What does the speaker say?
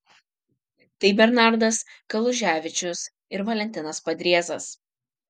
tai bernardas kaluževičius ir valentinas padriezas